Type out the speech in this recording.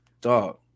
dog